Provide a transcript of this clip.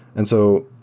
and so,